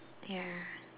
ya